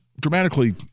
dramatically